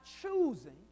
choosing